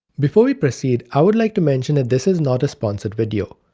before we proceed, i would like to mention that this is not a sponsored video.